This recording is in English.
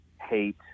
hate